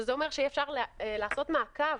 שזה אומר שאפשר יהיה לעשות מעקב.